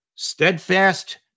Steadfast